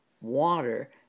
water